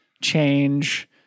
change